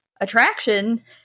attraction